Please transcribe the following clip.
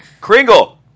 Kringle